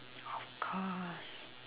of course